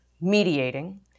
mediating